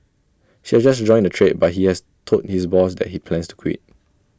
she just joined the trade but he has told his boss that he plans to quit